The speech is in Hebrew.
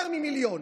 יותר ממיליון.